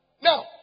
Now